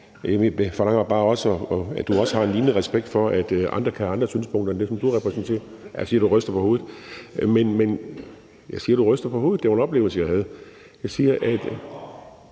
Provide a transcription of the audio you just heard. Jeg forlanger bare også, at du også har en lignende respekt for, at andre kan have andre synspunkter end det, som du repræsenterer. Jeg siger, du ryster på hovedet. Det var en oplevelse, jeg havde.